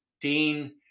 Dean